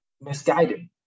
misguided